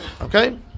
Okay